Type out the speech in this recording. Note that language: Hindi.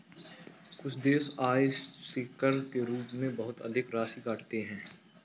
कुछ देश आय से कर के रूप में बहुत अधिक राशि काटते हैं